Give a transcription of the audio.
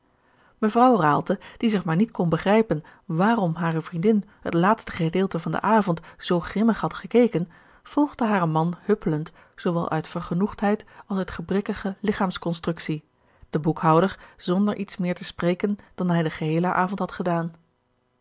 raalte die zich maar niet kon begrijpen waarom hare vriendin het laatste gedeelte van den avond zoo grimmig had gekeken volgde haren man huppelend zoowel uit vergenoegdheid als uit gebrekkige ligchaamsconstructie de boekhouder zonder iets meer te spreken dan hij den geheelen avond had gedaan